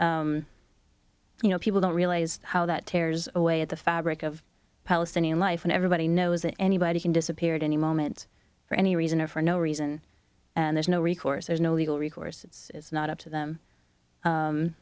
you know people don't realize how that tears away at the fabric of palestinian life and everybody knows that anybody can disappear at any moment for any reason or for no reason and there's no recourse there's no legal recourse it's not up to them